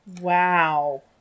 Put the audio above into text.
Wow